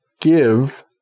give